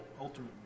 ultimately